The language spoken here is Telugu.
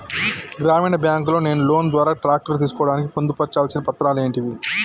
గ్రామీణ బ్యాంక్ లో నేను లోన్ ద్వారా ట్రాక్టర్ తీసుకోవడానికి పొందు పర్చాల్సిన పత్రాలు ఏంటివి?